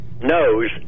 knows